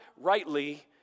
rightly